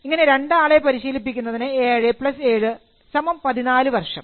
ഇങ്ങനെ രണ്ടാളെ പരിശീലിപ്പിക്കുന്നതിന് 7 7 14 വർഷം